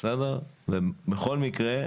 בכל מקרה,